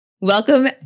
Welcome